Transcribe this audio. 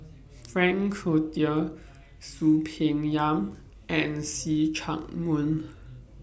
Frank Cloutier Soon Peng Yam and See Chak Mun